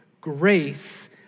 grace